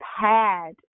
pad